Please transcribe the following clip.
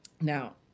Now